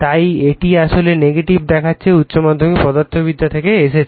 তাই এটা আসলে নেগেটিভ যেটা উচ্চ মাধ্যমিক পদার্থবিদ্যা থেকে এসেছে